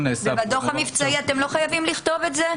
ובדוח המבצעי אתם לא חייבים לכתוב את זה?